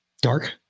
Dark